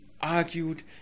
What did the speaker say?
argued